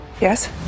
Yes